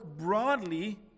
broadly